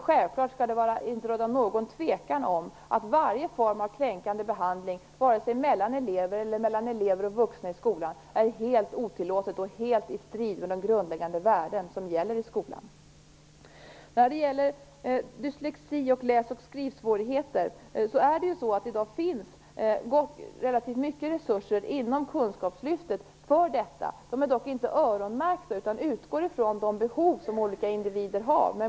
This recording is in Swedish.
Självklart skall det inte råda någon tvekan om att varje form av kränkande behandling mellan elever eller mellan elever och vuxna i skolan är helt otillåten och helt i strid med de grundläggande värden som gäller i skolan. När det gäller dyslexi och läs och skrivsvårigheter finns det ju i dag relativt mycket resurser inom ramen för kunskapslyftet. Dessa resurser är dock inte öronmärkta, utan man utgår från de behov som olika individer har.